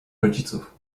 rodziców